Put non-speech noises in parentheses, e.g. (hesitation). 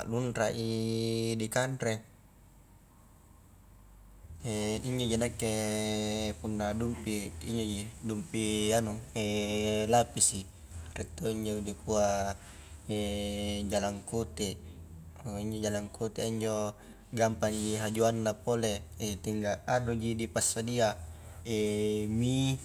A lunrai dikanre (hesitation) inniji nakke punna dumpi injoji dumpi anu (hesitation) lapisi, rie to injo dikua (hesitation) jalangkote, a injo jalangkotea injo gampangji hajuangna pole (hesitation) tinggal anuji dipassadia (hesitation) mie